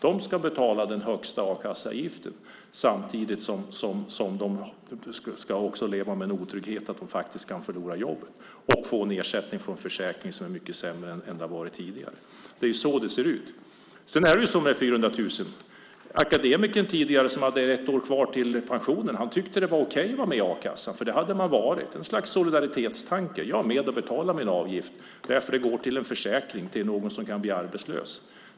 De ska betala den högsta a-kasseavgiften samtidigt som de också ska leva med otryggheten att de faktiskt kan förlora jobben och få en sämre ersättning från försäkringen än tidigare. Det är så det ser ut. Apropå de 400 000 tyckte den akademiker som tidigare hade ett kvar år till pensionen att det var okej att vara med i a-kassan. Det hade man varit. Det var ett slags solidaritetstanke, det vill säga att vara med och betala sin avgift därför att den går till en försäkring - till någon som kan bli arbetslös.